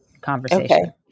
conversation